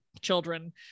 children